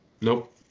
Nope